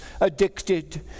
addicted